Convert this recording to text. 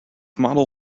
model